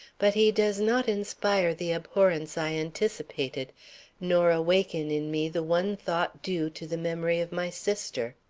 but he does not inspire the abhorrence i anticipated nor awaken in me the one thought due to the memory of my sister.